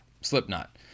Slipknot